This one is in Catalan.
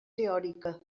teòrica